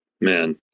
Man